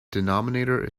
denominator